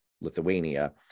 Lithuania